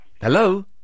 Hello